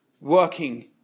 Working